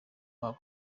wabo